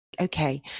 Okay